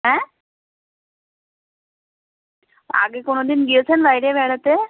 অ্যাঁ আগে কোনো দিন গিয়েছেন বাইরে বেড়াতে